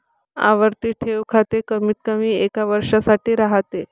आवर्ती ठेव खाते कमीतकमी एका वर्षासाठी राहते